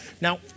Now